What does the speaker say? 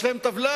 יש להם טבלה,